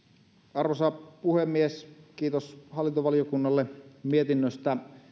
arvoisa puhemies kiitos hallintovaliokunnalle mietinnöstä